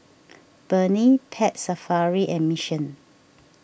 Burnie Pet Safari and Mission